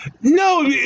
No